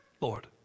Lord